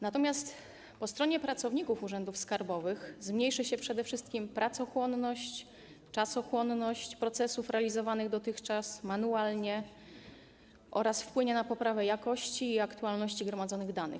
Natomiast po stronie pracowników urzędów skarbowych zmniejszy się przede wszystkim pracochłonność, czasochłonność procesów realizowanych dotychczas manualnie oraz będzie to miało wpływ na poprawę jakości i aktualności gromadzonych danych.